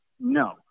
No